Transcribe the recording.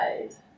guys